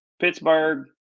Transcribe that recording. Pittsburgh